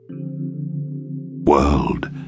world